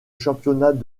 championnat